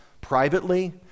privately